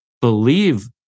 believe